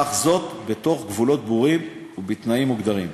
אך בתוך גבולות ברורים ובתנאים מוגדרים.